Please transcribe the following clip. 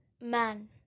Man